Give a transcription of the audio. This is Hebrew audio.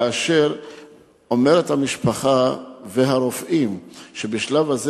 כאשר המשפחה והרופאים אומרים שבשלב הזה